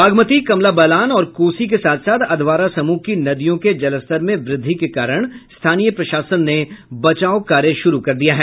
बागमती कमला बलान और कोसी के साथ साथ अधवारा समूह की नदियों के जलस्तर में वृद्धि के कारण स्थानीय प्रशासन ने बचाव कार्य शुरू कर दिया है